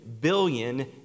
billion